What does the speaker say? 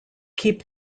keep